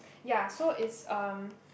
ya so it's um